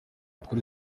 kuri